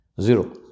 Zero